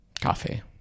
Coffee